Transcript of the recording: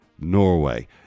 Norway